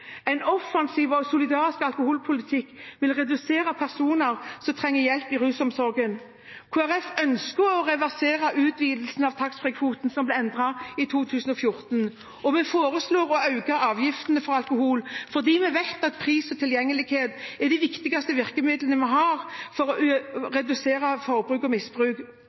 En offensiv og solidarisk alkoholpolitikk vil redusere antall personer som trenger hjelp i rusomsorgen. Kristelig Folkeparti ønsker å reversere utvidelsen av taxfreekvoten, som ble endret i 2014, og vi foreslår å øke avgiftene på alkohol fordi vi vet at pris og tilgjengelighet er de viktigste virkemidlene vi har for å redusere forbruk og misbruk.